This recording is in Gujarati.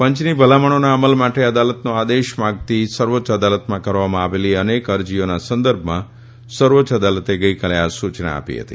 પંચની ભલામણોના અમલ માટે અદાલતનો આદેશ માંગતી સર્વોચ્ય અદાલતમાં કરવામાં આવેલી અનેક અરજીઓના સંદર્ભમાં સર્વોચ્ય અદાલતે ગઇકાલે આ સુચના આપી હતી